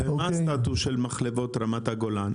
מה הסטטוס של מחלבות רמת הגולן?